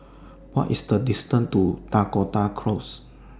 What IS The distance to Dakota Close